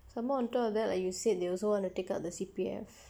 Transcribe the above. some more on top of that like you said they also want to take out the C_P_F